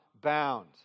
bound